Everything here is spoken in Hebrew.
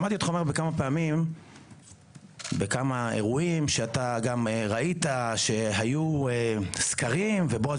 שמעתי אותך אומר בכמה פעמים בכמה אירועים שאתה גם ראית שהיו סקרים ובועז